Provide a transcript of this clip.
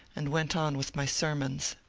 and went on with my sermons.